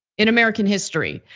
in american history.